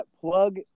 plug